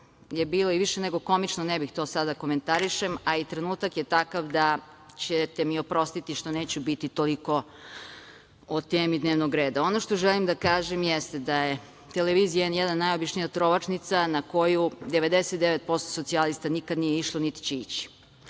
je bilo i više nego komično, ne bih to sad da komentarišem, a i trenutak je takav da ćete mi oprostiti što neću biti toliko u temi dnevnog reda. Ono što želim da kažem jeste da je televizija N1 najobičnija trovačnica, na koju 99% socijalista nikad nije išlo, niti će ići.